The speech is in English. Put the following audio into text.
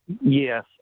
Yes